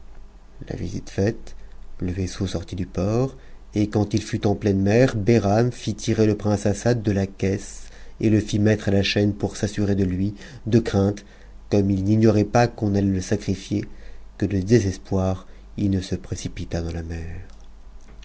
la visite faite le vaisseau sortit du port et quand il fut en pleine mer hram fit tirer le prince assad de la caisse et le fit mettre à la chaîne pour s'assurer de lui de crainte comme il n'ignorait pas le sacrifier que de désespoir il ne se prëcipitt dans la mer